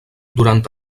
durant